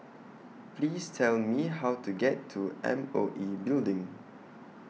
Please Tell Me How to get to M O E Building